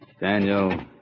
Daniel